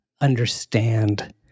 understand